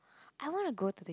I wanna go to